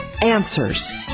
answers